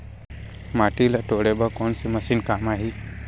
माटी ल तोड़े बर कोन से मशीन काम आही?